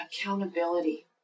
accountability